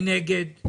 מי נגד?